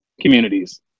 communities